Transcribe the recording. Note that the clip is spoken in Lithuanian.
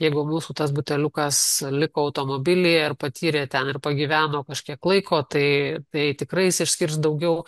jeigu mūsų tas buteliukas liko automobilyje ir patyrė ten ir pagyveno kažkiek laiko tai tai tikrai jis išskirs daugiau